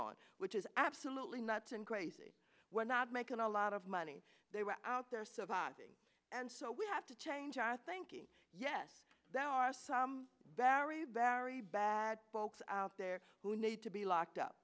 on which is absolutely nuts and crazy when not making a lot of money they were out there surviving and so we have to change our thinking yes there are some very very bad folks out there who need to be locked up